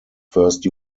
first